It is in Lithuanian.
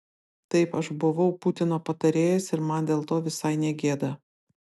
taip aš buvau putino patarėjas ir man dėl to visai ne gėda